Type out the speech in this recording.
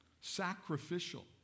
sacrificial